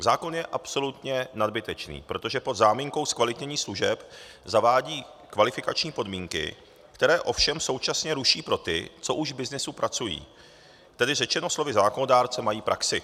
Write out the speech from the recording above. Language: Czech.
Zákon je absolutně nadbytečný, protože pod záminkou zkvalitnění služeb zavádí kvalifikační podmínky, které ovšem současně ruší pro ty, co už v byznysu pracují, tedy řečeno slovy zákonodárce, mají praxi.